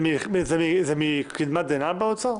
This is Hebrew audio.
זה מקדמא דנא באוצר?